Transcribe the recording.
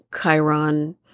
Chiron